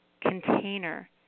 container